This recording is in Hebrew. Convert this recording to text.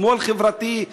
שמאל חברתי,